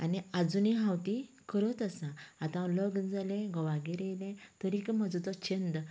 आनी आजूनीय हांव ती करत आसा आता हांव लग्न जाले घोवागेर येयले तरीय म्हजो तो छंद